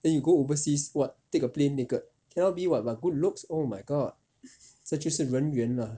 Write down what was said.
then you go overseas what take a plane naked cannot be [what] what good looks oh my god 这就是人缘 lah